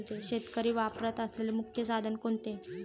शेतकरी वापरत असलेले मुख्य साधन कोणते?